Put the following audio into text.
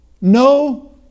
no